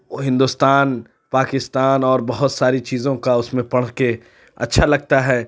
وہ ہندوستان پاکستان اور بہت ساری چیزوں کا اس میں پڑھ کے اچھا لگتا ہے